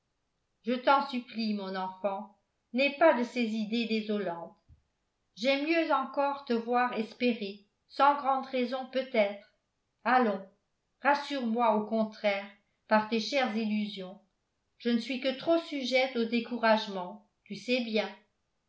je t'en supplie mon enfant n'aie pas de ces idées désolantes j'aime mieux encore te voir espérer sans grande raison peut-être allons rassure moi au contraire par tes chères illusions je ne suis que trop sujette au découragement tu sais bien